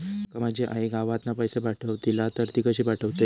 माका माझी आई गावातना पैसे पाठवतीला तर ती कशी पाठवतली?